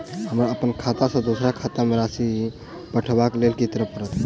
हमरा अप्पन खाता सँ दोसर केँ खाता मे राशि पठेवाक लेल की करऽ पड़त?